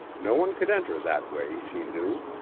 no one could enter that way, she knew.